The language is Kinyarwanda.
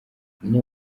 iyo